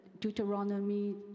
Deuteronomy